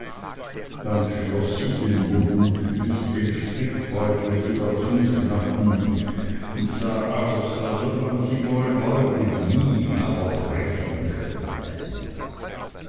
dann schloß sie den mund ließ den strickbeutel wieder zuschnappen und sah aus als ob man sie wohl beugen nie aber brechen könnte